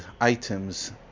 items